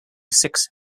six